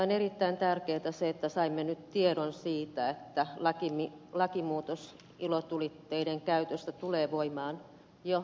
on erittäin tärkeää se että saimme nyt tiedon siitä että lakimuutos ilotulitteiden käytöstä tulee voimaan jo loppuvuodesta